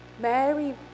Mary